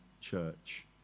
Church